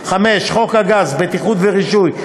5. חוק הגז (בטיחות ורישוי),